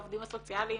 העובדים הסוציאליים,